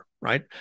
Right